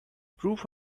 proof